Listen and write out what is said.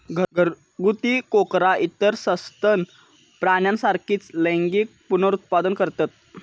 घरगुती कोकरा इतर सस्तन प्राण्यांसारखीच लैंगिक पुनरुत्पादन करतत